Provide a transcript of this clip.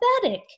pathetic